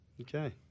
Okay